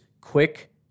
quick